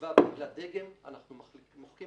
בתיבה שקוראים לה "דגם" אנחנו מוחקים